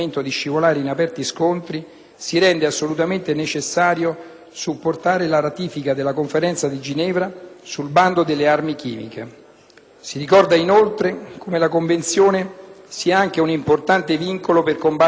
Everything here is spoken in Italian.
Si ricorda inoltre come la Convenzione sia anche un importante vincolo per combattere il commercio di tali armi, che è molto più facile abbia luogo in contesti governativi fragili o corrotti.